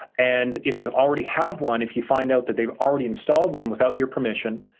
and if you already have one, if you find out that they've already installed one without your permission,